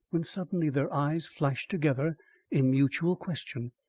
when suddenly their eyes flashed together in mutual question,